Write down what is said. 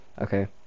okay